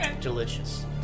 delicious